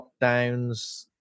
lockdowns